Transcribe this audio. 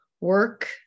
work